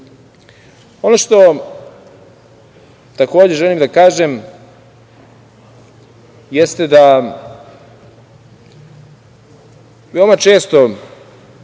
što takođe želim da kažem, jeste da veoma često